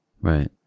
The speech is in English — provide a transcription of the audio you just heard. right